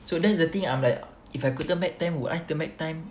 so that's the thing I'm like if I could turn back time would I turn back time